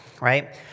right